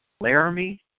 laramie